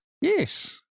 Yes